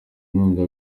inkunga